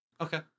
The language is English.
Okay